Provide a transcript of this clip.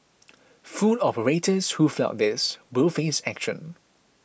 food operators who flout this will face action